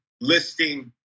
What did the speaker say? listing